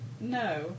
No